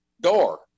door